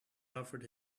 offered